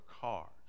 cars